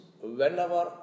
whenever